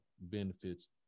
benefits